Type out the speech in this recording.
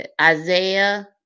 Isaiah